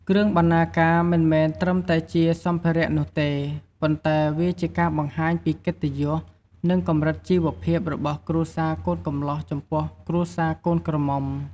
គ្រឿងបណ្ណាការ មិនមែនត្រឹមតែជាសម្ភារៈនោះទេ ប៉ុន្តែវាជាការបង្ហាញពី កិត្តិយស និងកម្រិតជីវភាព របស់គ្រួសារកូនកំលោះចំពោះគ្រួសារកូនក្រមុំ។